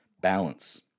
balance